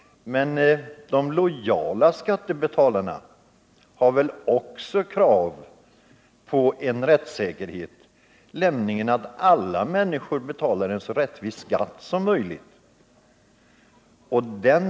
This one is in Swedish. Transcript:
Men de lojala skattebetalarna har väl också krav på en rättssäkerhet, nämligen att alla människor betalar en så rättvis skatt som möjligt?